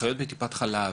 אחיות ב"טיפת חלב",